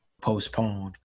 postponed